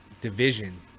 division